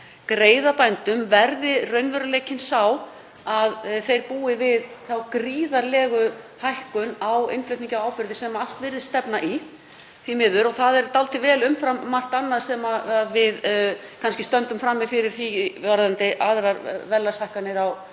að greiða bændum, verði raunveruleikinn sá að þeir búi við þá gríðarlegu hækkun á innflutningi á áburði sem allt virðist stefna í, því miður. Þetta er vel umfram margt annað sem við stöndum frammi fyrir varðandi aðrar verðlagshækkanir á vöru